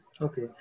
Okay